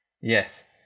Yes